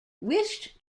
wished